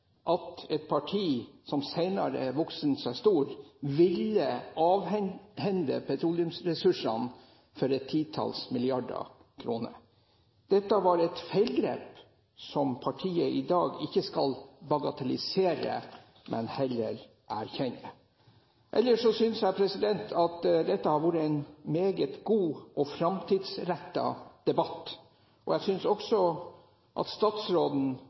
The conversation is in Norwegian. at et parti som senere har vokst seg stort, ville avhende petroleumsressursene for et titalls milliarder kroner. Dette var et feilgrep som partiet i dag ikke skal bagatellisere, men heller erkjenne. Ellers synes jeg at dette har vært en meget god og framtidsrettet debatt. Jeg synes også statsråden og regjeringen skal være godt fornøyd med at